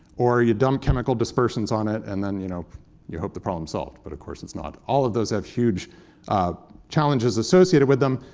or you dump chemical dispersants on it, and then you know you hope the problem's solved. but of course it's not. all of those have huge challenges associated with them.